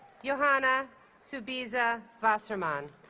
johanna subiza wassermann